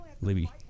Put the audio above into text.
Libby